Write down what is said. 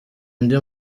undi